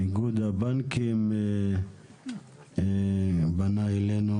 איגוד הבנקים פנה אלינו